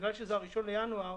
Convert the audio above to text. בגלל שזה ה-1 בינואר,